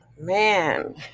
man